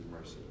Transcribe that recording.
mercy